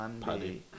Paddy